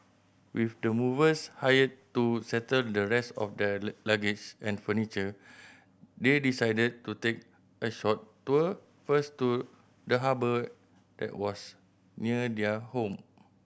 with the movers hired to settle the rest of their luggage and furniture they decided to take a short tour first to the harbour that was near their home